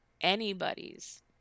anybody's